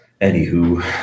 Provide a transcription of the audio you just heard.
Anywho